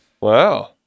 Wow